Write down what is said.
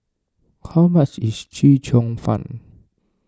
how much is Chee Cheong Fun